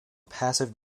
passive